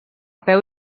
peu